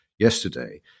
yesterday